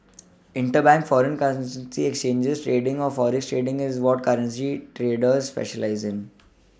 interbank foreign exchange trading or forex trading is what a currency trader specialises in